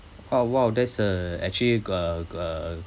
oh !wow! that's a actually g~ uh g~ uh